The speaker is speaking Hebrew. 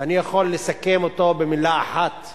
ואני יכול לסכם אותו במלה אחת,